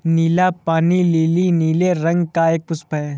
नीला पानी लीली नीले रंग का एक पुष्प है